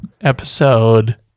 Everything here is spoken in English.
Episode